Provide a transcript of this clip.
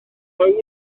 wyth